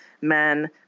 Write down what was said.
Men –